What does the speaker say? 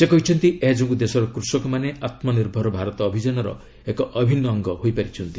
ସେ କହିଛନ୍ତି ଏହା ଯୋଗୁଁ ଦେଶର କୃଷକମାନେ ଆତ୍ମନିର୍ଭର ଭାରତ ଅଭିଯାନର ଏକ ଅଭିନ୍ନ ଅଙ୍ଗ ହୋଇପାରିଛନ୍ତି